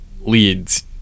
leads